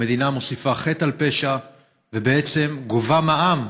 המדינה מוסיפה חטא על פשע ובעצם גובה מע"מ